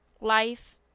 life